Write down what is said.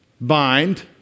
Bind